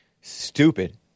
stupid